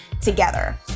together